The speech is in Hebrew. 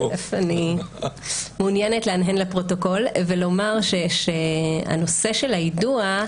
אני מעוניינת להנהן לפרוטוקול ולומר שהנושא של היידוע,